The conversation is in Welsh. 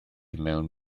mewn